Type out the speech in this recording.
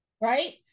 Right